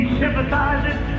sympathizes